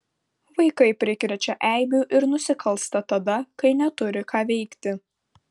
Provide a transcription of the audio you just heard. vaikai prikrečia eibių ir nusikalsta tada kai neturi ką veikti